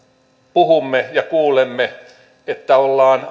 puhumme ja kuulemme että ollaan